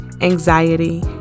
anxiety